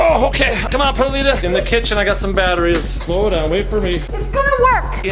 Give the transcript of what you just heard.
um okay, come on perlita. in the kitchen i got some batteries. slow down, wait for me. it's gonna work! in